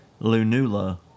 Lunula